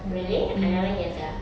really I never hear sia